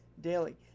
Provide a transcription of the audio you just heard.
daily